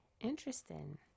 interesting